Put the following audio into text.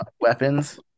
weapons